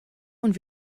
und